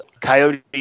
Coyote